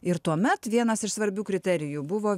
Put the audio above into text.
ir tuomet vienas iš svarbių kriterijų buvo